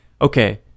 okay